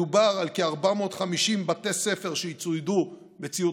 מדובר על כ-450 בתי ספר שיצוידו בציוד